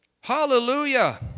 hallelujah